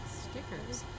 stickers